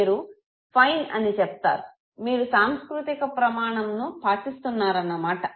మీరు ఫైన్ అని చెప్తారు మీరు సాంస్కృతిక ప్రమాణంను పాటిస్తున్నారన్న మాట